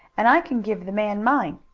and i can give the man mine.